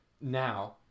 now